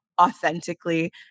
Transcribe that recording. authentically